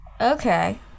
Okay